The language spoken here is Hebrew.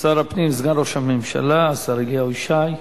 שר הפנים, סגן ראש הממשלה, השר אליהו ישי.